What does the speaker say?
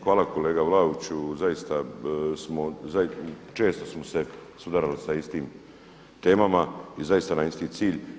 Hvala kolega Vlaoviću, zaista smo, često smo se sudarali sa istim temama i zaista nam je isti cilj.